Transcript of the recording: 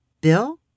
Bill